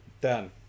Done